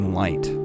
light